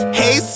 hey